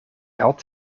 had